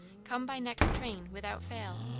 come by next train, without fail.